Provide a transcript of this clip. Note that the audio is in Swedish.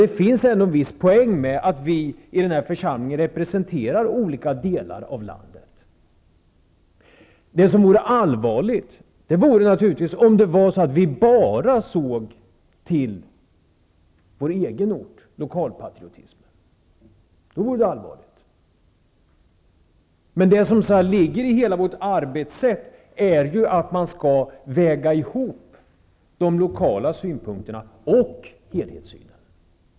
Det finns ändock en viss poäng med att vi i den här församlingen representerar olika delar av landet. Men om vi enbart såg till vår egen orts intresse -- lokalpatriotism --, vore det allvarligt. Det som emellertid ligger i hela vårt arbetssätt är ju att väga ihop de lokala synpunkterna med helhetssynen.